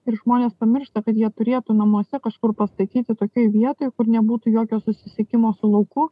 ir žmonės pamiršta kad jie turėtų namuose kažkur pastatyti tokioj vietoj kur nebūtų jokio susisiekimo su lauku